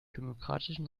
demokratischen